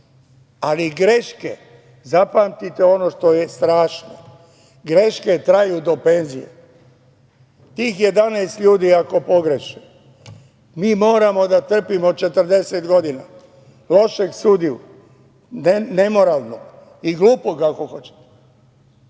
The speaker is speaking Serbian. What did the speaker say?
ali greške, zapamtite ono što je strašno, greške traju do penzije. Tih 11 ljudi ako pogreše mi moramo da trpimo 40 godina lošeg sudiju, nemoralnog i glupog ako hoćete,